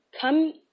come